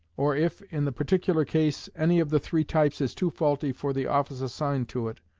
or if, in the particular case, any of the three types is too faulty for the office assigned to it,